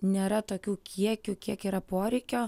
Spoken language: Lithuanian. nėra tokių kiekių kiek yra poreikio